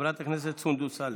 חברת הכנסת סונדוס סאלח.